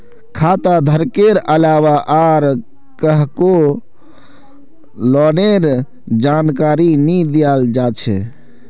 खाता धारकेर अलावा आर काहको लोनेर जानकारी नी दियाल जा छे